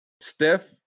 Steph